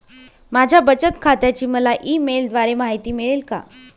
माझ्या बचत खात्याची मला ई मेलद्वारे माहिती मिळेल का?